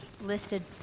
listed